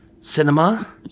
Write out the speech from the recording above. cinema